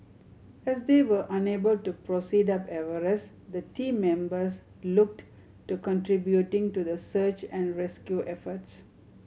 as they were unable to proceed up Everest the team members looked to contributing to the search and rescue efforts